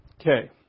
Okay